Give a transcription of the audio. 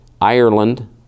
Ireland